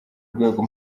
rwego